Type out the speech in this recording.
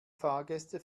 fahrgäste